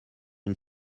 une